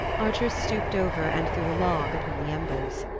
archer stooped over and threw a log upon the embers.